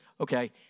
okay